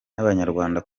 n’abanyarwanda